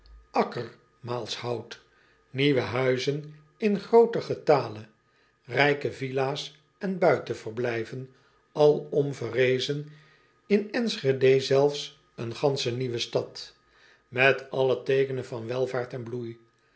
akkermaalshout nieuwe huizen in grooten getale rijke villa s en buitenverblijven alom verrezen in nschede zelfs een gansch nieuwe stad met alle teekenen van welvaart en bloei